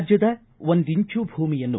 ರಾಜ್ಯದ ಒಂದಿಂಚು ಭೂಮಿಯನ್ನೂ